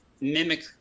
mimic